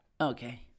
Okay